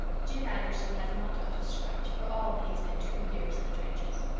jim anderson has not got a scratch, for all but he has been two years in the trenches.